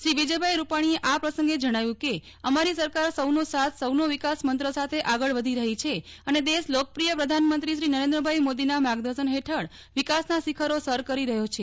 શ્રી વિજયભાઈ રૂપાણીએ આ પ્રસંગે જણાવ્યું કે અમારી સરકાર સૌનો સાથ સૌનો વિકાસ મંત્ર સાથે આગળ વધી રહી છે અને દેશ લોકપ્રિય પ્રધાનમંત્રી નરેન્દ્રભાઇ મોદીનાં માર્ગદર્શન હેઠળ વિકાસનાં શિખરો સર કરી રહ્યો છે